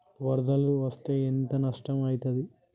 వరదలు వస్తే ఎంత నష్టం ఐతది?